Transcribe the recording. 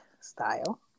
style